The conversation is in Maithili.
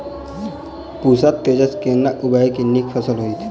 पूसा तेजस केना उगैबे की नीक फसल हेतइ?